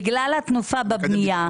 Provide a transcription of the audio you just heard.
בגלל התנופה בבנייה,